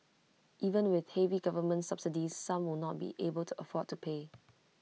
even with heavy government subsidies some will not be able to afford to pay